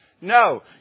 No